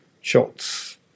shots